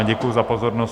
Děkuji za pozornost.